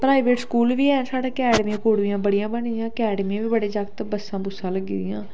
private school बी ऐन साढ़े अकैडमियां अकुडमियां बड़ियां बनी दियां अकैडमीं बी बड़े जागत बस्सां बुस्सां लग्गी दियां